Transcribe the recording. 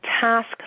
task